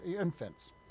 infants